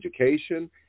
education